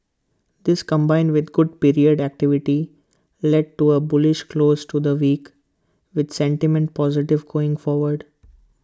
this combined with good period activity led to A bullish close to the week with sentiment positive going forward